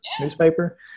newspaper